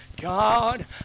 God